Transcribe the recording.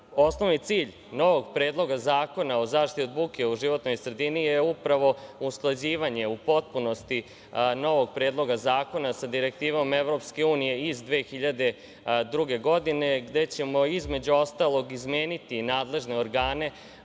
cilj novog Predloga zakona o zaštiti od buke u životnoj sredini je upravo usklađivanje u potpunosti novog Predloga zakona sa Direktivom EU iz 2002. godine, gde ćemo, između ostalog, izmeniti nadležne organe